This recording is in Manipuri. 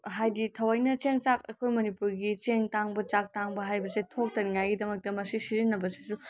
ꯍꯥꯏꯗꯤ ꯊꯑꯣꯏꯅ ꯆꯦꯡ ꯆꯥꯛ ꯑꯩꯈꯣꯏ ꯃꯅꯤꯄꯨꯔꯒꯤ ꯆꯦꯡ ꯇꯥꯡꯕ ꯆꯥꯛ ꯇꯥꯡꯕ ꯍꯥꯏꯕꯁꯦ ꯊꯣꯛꯇꯅꯉꯥꯏꯒꯤꯗꯃꯛꯇ ꯃꯁꯤ ꯁꯤꯖꯟꯅꯕꯁꯤꯁꯨ